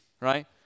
Right